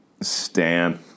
Stan